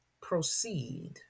proceed